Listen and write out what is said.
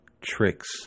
tricks